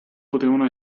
potevano